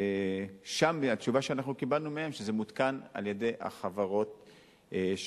התשובה שקיבלנו מהם היא שזה מותקן על-ידי החברות שם.